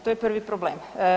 To je prvi problem.